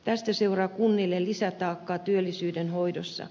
tästä seuraa kunnille lisätaakkaa työllisyyden hoidossa